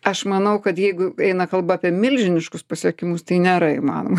aš manau kad jeigu eina kalba apie milžiniškus pasiekimus tai nėra įmanoma